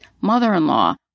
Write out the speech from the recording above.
mother-in-law